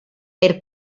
per